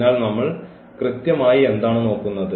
അതിനാൽ നമ്മൾ കൃത്യമായി എന്താണ് നോക്കുന്നത്